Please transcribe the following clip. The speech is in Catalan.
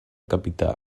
capità